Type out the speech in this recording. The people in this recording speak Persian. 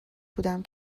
بودم